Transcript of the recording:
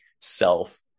self